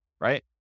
Right